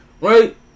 right